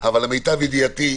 אבל למיטב ידיעתי,